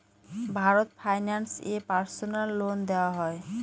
Bharat finance এ personal loan দেওয়া হয়?